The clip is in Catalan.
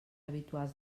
habitual